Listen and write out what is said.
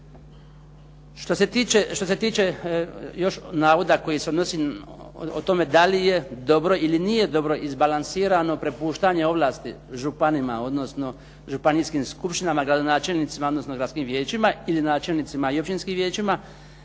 Što se tiče još navoda koji se odnosi o tome da li je dobro ili nije dobro izbalansirano propuštanje ovlasti županima, odnosno županijskim skupštinama, gradonačelnicima, odnosno gradskim vijećima ili načelnicima i općinskim vijećima.